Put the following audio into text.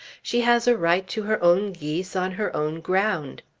she has a right to her own geese on her own ground.